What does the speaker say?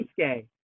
Okay